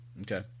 Okay